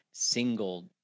single